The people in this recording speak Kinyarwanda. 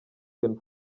can